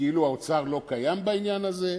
כאילו משרד האוצר לא קיים בעניין הזה?